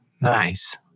nice